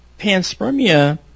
panspermia